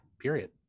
period